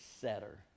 setter